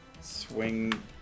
swing